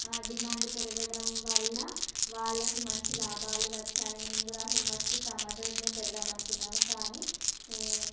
demand పెరగడం వల్ల వాళ్ళకి మంచి లాభాలు వచ్చాయి మేము కూడా అసలు ఫస్ట్ టమోట పెడదాం అనుకున్నాము కానీ ఈ